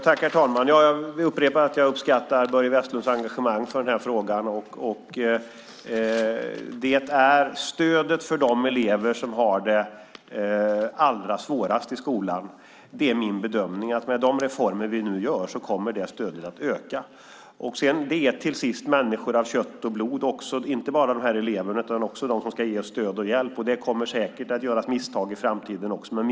Herr talman! Jag upprepar att jag uppskattar Börje Vestlunds engagemang i frågan. Min bedömning är att stödet för de elever som har det allra svårast i skolan kommer att öka med de reformer vi nu gör. Till sist är det människor av kött och blod, inte bara de här eleverna utan också de som ska ge stöd och hjälp. Det kommer säkert att göras misstag i framtiden också.